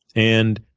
and